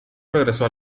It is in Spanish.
regresó